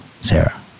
Sarah